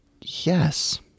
yes